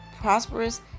prosperous